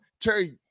Terry